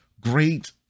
great